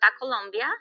Colombia